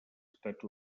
estats